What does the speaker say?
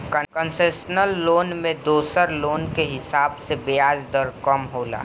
concessional loan में दोसर loan के हिसाब से ब्याज दर कम होला